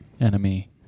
enemy